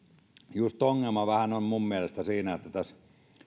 just ongelma on minun mielestäni vähän siinä että tässä